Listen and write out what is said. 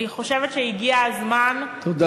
אני חושבת שהגיע הזמן, תודה.